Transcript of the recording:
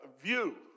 view